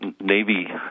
Navy